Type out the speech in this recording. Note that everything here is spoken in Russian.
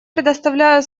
предоставляю